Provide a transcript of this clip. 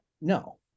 No